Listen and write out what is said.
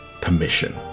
permission